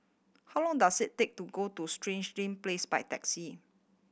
how long does it take to get to Stangee Ting Place by taxi